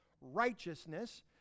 righteousness